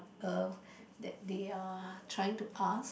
err that they are trying to ask